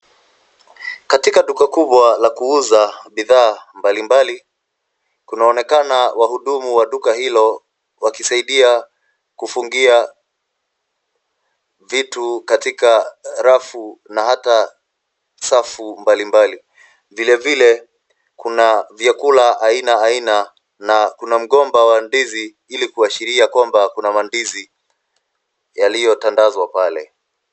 Katika duka kubwa la kuuza bidhaa mbalimbali, kunaonekana wahudumu wa duka hilo wakisaidia kufungia vitu, katika rafu na hata safu mbalimbali. Vilevile kuna vyakula aina aina na kuna mgomba wa ndizi, ili kuashiria kwamba kuna mandizi yaliyotandazwa pale.